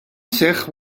seħħ